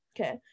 Okay